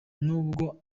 nubwo